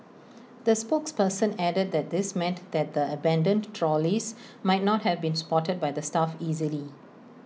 the spokesperson added that this meant that the abandoned trolleys might not have been spotted by the staff easily